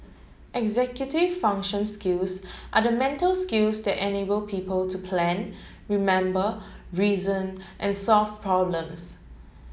executive function skills are the mental skills that enable people to plan remember reason and solve problems